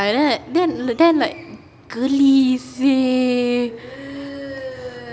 then like then then like geli seh